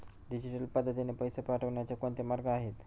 Digital पद्धतीने पैसे पाठवण्याचे कोणते मार्ग आहेत?